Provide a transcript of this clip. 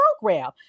Program